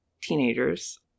teenagers